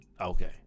okay